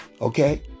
Okay